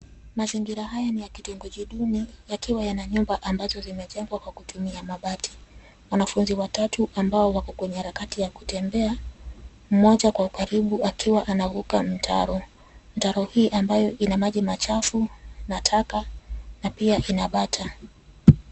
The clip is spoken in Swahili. Mazingira haya ni ya kitongoji duni yakiwa yana nyumba ambazo zimejengwa kwa kutumia mabati. Wanafunzi watatu ambao wako kwenye harakati ya kutembea, mmoja kwa ukaribu akiwa anavuka mtaro. Mtaro hii ambayo ina maji machafu na taka na pia ina bata.